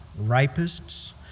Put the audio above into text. rapists